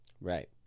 Right